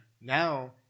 Now